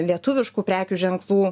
lietuviškų prekių ženklų